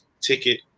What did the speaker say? ticket